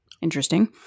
Interesting